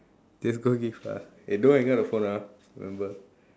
just go give lah eh don't hang up the phone ah remember